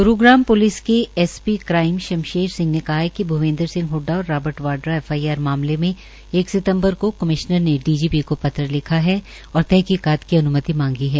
Gurugram police के S P crime Shamsher Singh ने कहा कि भ्र्पेन्द्र सिंह हडडा और राबर्ट वाड्रा एफआईआर मामले मे एक सितमबर को कमिश्नर ने डीजीपी को पत्र लिखा है और तहकीकात की अन्मति मांगी है